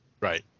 Right